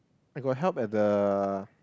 I got help at the